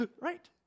Right